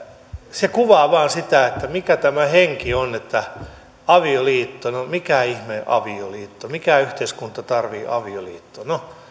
se kuvaa vain sitä mikä tämä henki on avioliitto no mikä ihmeen avioliitto mikä yhteiskunta tarvitsee avioliittoa no